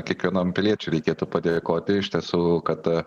kiekvienam piliečiui reikėtų padėkoti iš tiesų kad